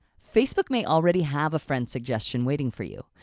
facebook may already have a friend suggestion waiting for you.